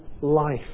life